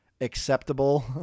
acceptable